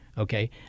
okay